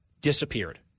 disappeared